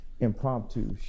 impromptu